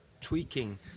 tweaking